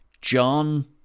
John